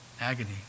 Agony